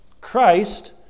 Christ